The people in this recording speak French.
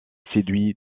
séduit